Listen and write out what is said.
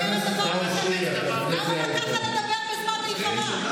למה לדבר ככה בזמן מלחמה?